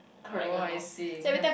oh I see